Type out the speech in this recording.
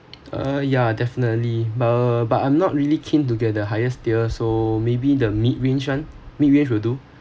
uh yeah definitely b~ but I'm not really keen to get the highest tier so maybe the mid range one mid range will do